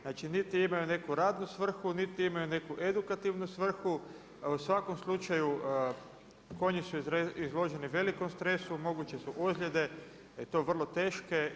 Znači, niti imaju neku radnu svrhu, niti imaju neku edukativnu svrhu, a u svakom slučaju konji su izloženi velikom stresu, moguće su ozljede i to vrlo teške.